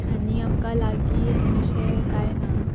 आनी आमकां लागीं आनीक अशें कांय ना